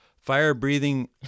fire-breathing